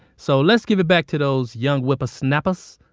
so let's give it back to those young whippersnappers.